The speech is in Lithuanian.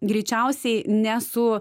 greičiausiai ne su